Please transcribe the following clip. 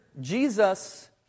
Jesus